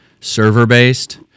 server-based